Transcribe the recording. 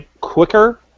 Quicker